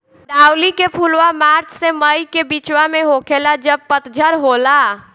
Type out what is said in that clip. कंदावली के फुलवा मार्च से मई के बिचवा में होखेला जब पतझर होला